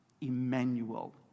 Emmanuel